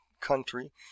country